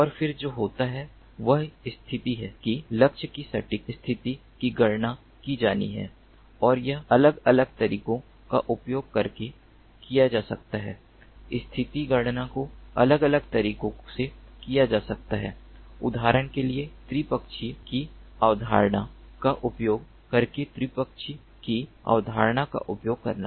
और फिर जो होता है वह स्थिति है कि लक्ष्य की सटीक स्थिति की गणना की जानी है और यह अलग अलग तरीकों का उपयोग करके किया जा सकता है स्थिति गणना को अलग अलग तरीकों से किया जा सकता है उदाहरण के लिए त्रिपक्षीय की अवधारणा का उपयोग करके त्रिपक्षीय की अवधारणा का उपयोग करना